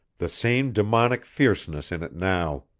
the same demoniac fierceness in it now.